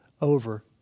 over